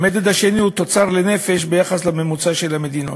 והמדד השני הוא תוצר לנפש ביחס לממוצע של המדינות.